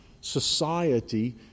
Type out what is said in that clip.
society